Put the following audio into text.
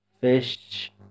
fish